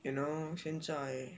you know 现在